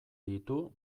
ditu